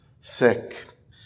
sick